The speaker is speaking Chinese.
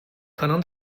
可能